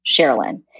Sherilyn